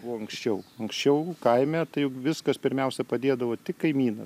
buvo anksčiau anksčiau kaime taip viskas pirmiausia padėdavo tik kaimynas